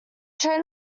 train